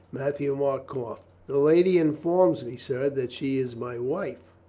matthieu-marc coughed. the lady informs me, sir, that she is my wife.